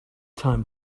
time